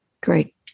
Great